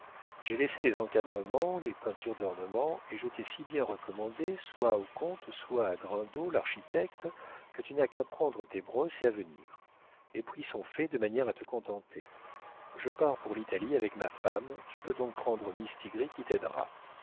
j'ai laissé les encadrements les peintures d'ornement et je t'ai si bien recommandé soit au comte soit à grindot l'architecte que tu n'as qu'à prendre tes brosses et à venir les prix sont faits de manière à te contenter je pars pour l'italie avec ma femme tu peux donc prendre mistigris qui t'aidera